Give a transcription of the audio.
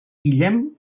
guillem